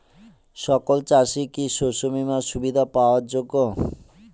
সকল চাষি কি শস্য বিমার সুবিধা পাওয়ার যোগ্য?